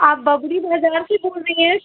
आप बबरी बाज़ार से बोल रही हैं